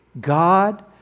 God